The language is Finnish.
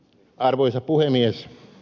arvoisa puhemies